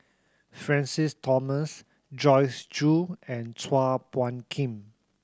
Francis Thomas Joyce Jue and Chua Phung Kim